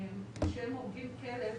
כשהם הורגים כלב,